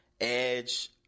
Edge